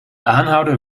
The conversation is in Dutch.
aanhouder